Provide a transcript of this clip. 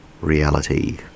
Reality